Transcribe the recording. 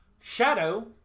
shadow